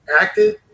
acted